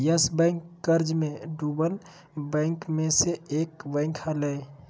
yes Bank कर्ज मे डूबल बैंक मे से एक बैंक हलय